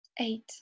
Eight